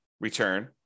return